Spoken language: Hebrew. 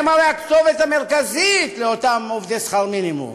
הם הרי הכתובת המרכזית לאותם עובדי שכר מינימום.